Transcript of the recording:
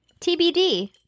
tbd